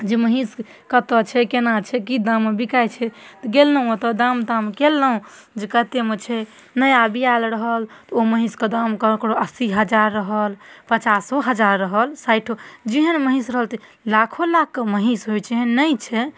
जे महीष कतऽ छै केना छै की दाममे बिकाइ छै तऽ गेलहुॅं ओतऽ दाम ताम केलहुॅं जे कतेमे छै नया बियाल रहल तऽ ओ महीषके दाम ककरो अस्सी हजार रहल पचासो हजार रहल साइठो जेहन महीष रहल तेहन लाखो लाखके महीष होइ छै एहन नहि छै